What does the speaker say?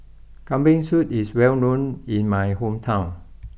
Kambing Soup is well known in my hometown